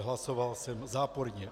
Hlasoval jsem záporně.